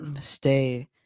stay